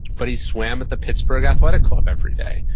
but he swam at the pittsburgh athletic club every day.